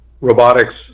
Robotics